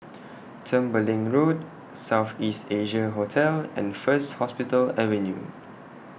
Tembeling Road South East Asia Hotel and First Hospital Avenue